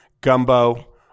gumbo